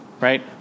Right